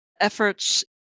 efforts